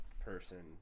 person